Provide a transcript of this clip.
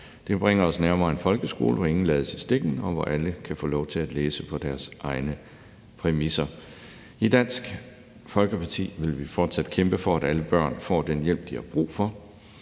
Det bringer os nærmere en folkeskole, hvor ingen lades i stikken, og hvor alle kan få lov til at læse på deres egne præmisser. I Dansk Folkeparti vil vi fortsat kæmpe for, at alle børn får den hjælp, de har brug for,